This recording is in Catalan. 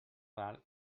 ral